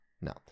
No